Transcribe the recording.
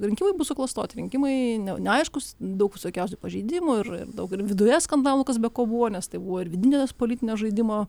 rinkimai bus suklastoti rinkimai ne neaiškūs daug visokiausių pažeidimų ir daug ir viduje skandalų kas be ko buvo nes tai buvo ir vidinės politinio žaidimo